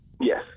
yes